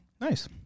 nice